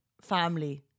family